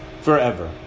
forever